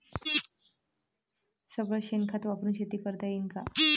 सगळं शेन खत वापरुन शेती करता येईन का?